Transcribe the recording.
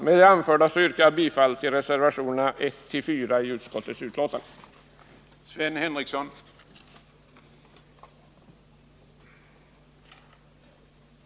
Med det anförda yrkar jag bifall till reservationerna 1-4 vid näringsutskottets betänkande.